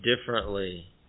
differently